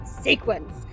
sequence